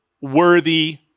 worthy